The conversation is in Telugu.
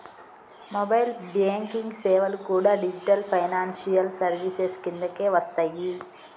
మొబైల్ బ్యేంకింగ్ సేవలు కూడా డిజిటల్ ఫైనాన్షియల్ సర్వీసెస్ కిందకే వస్తయ్యి